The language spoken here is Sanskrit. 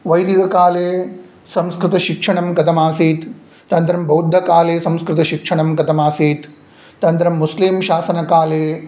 वैदिककाले संस्कृतशिक्षणं कथमासीत् तदनन्तरं बौद्धकाले संस्कृतशिक्षणं कथमासीत् तदनन्तरं मुस्लिं शासनकाले